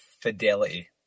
fidelity